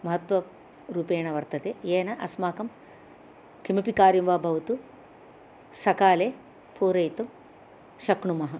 महत्वरूपेण वर्तते येन अस्माकं किमपि कार्यं वा भवतु सकाले पूरयितुं शक्नुमः